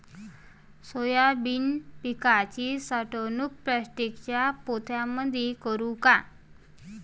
Soybean पिकाची साठवणूक प्लास्टिकच्या पोत्यामंदी करू का?